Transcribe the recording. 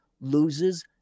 loses